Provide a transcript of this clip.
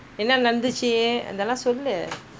என்னநடந்துச்சிஅதெல்லாம்சொல்லு:enna nadanthichi athellam sollu